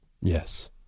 Yes